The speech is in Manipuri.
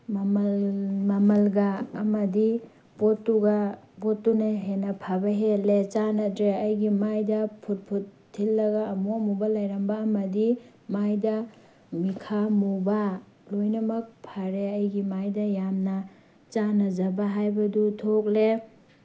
ꯃꯃꯜ ꯃꯃꯜꯒ ꯑꯃꯗꯤ ꯄꯣꯠꯇꯨꯒ ꯄꯣꯠꯇꯨꯅ ꯍꯦꯟꯅ ꯐꯕ ꯍꯦꯜꯂꯦ ꯆꯥꯟꯅꯗ꯭ꯔꯦ ꯑꯩꯒꯤ ꯃꯥꯏꯗ ꯐꯨꯠ ꯐꯨꯠ ꯊꯤꯜꯂꯒ ꯑꯃꯨ ꯑꯃꯨꯕ ꯂꯩꯔꯝꯕ ꯑꯃꯗꯤ ꯃꯥꯏꯗ ꯃꯤꯠꯈꯥ ꯃꯨꯕ ꯂꯣꯏꯅꯃꯛ ꯐꯔꯦ ꯑꯩꯒꯤ ꯃꯥꯏꯗ ꯌꯥꯝꯅ ꯆꯥꯅꯖꯕ ꯍꯥꯏꯕꯗꯨ ꯊꯣꯛꯂꯦ